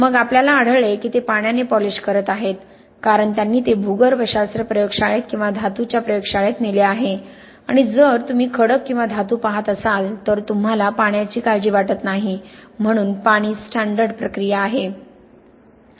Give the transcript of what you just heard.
मग आपल्याला आढळले की ते पाण्याने पॉलिश करत आहेत कारण त्यांनी ते भूगर्भशास्त्र प्रयोगशाळेत किंवा धातूंच्या प्रयोगशाळेत नेले आहे आणि जर तुम्ही खडक किंवा धातू पाहत असाल तर तुम्हाला पाण्याची काळजी वाटत नाही म्हणून पाणी स्टॅंडर्ड प्रक्रिया आहे